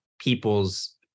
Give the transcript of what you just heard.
people's